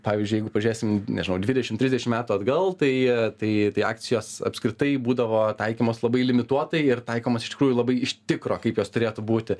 pavyzdžiui jeigu pažiūrėsim nežinau dvidešim trisdešim metų atgal tai tai tai akcijos apskritai būdavo taikymos labai limituotai ir taikomos iš tikrųjų labai iš tikro kaip jos turėtų būti